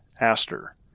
Aster